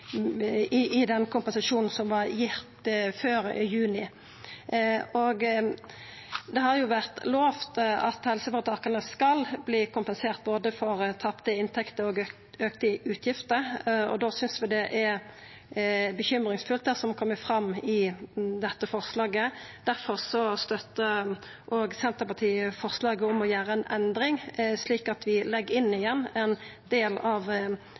kompensert i den kompensasjonen som var gitt før juni. Det har vore lovt at helseføretaka skal verta kompenserte for både tapte inntekter og auka utgifter, og da synest vi det som kjem fram i dette forslaget, er urovekkjande. Difor støttar òg Senterpartiet forslaget om å gjera ei endring, slik at vi legg inn igjen ein del av